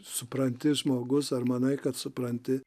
supranti žmogus ar manai kad supranti